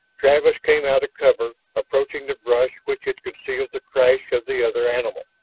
travis came out of cover, approaching the brush which had concealed the crash of the other animal.